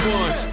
one